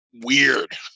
weird